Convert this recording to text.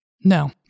No